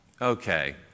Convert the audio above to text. okay